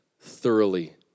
thoroughly